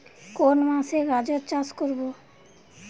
কোন মাসে গাজর চাষ করব?